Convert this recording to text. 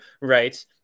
Right